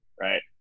Right